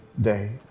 day